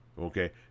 Okay